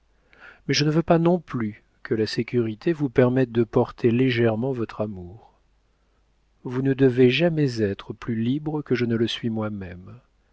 mais je ne veux pas non plus que la sécurité vous permette de porter légèrement votre amour vous ne devez jamais être plus libre que je ne le suis moi-même